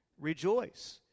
rejoice